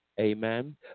Amen